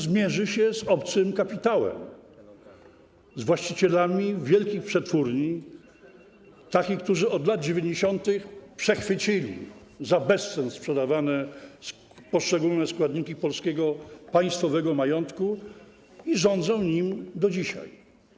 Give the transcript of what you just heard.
Zmierzy się z obcym kapitałem, z właścicielami wielkich przetwórni, takimi, którzy od lat 90. przechwycili sprzedawane za bezcen poszczególne składniki polskiego państwowego majątku i rządzą nim do dzisiaj.